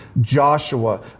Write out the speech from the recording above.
Joshua